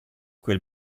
quel